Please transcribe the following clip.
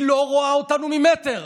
היא לא רואה אותנו ממטר.